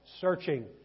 searching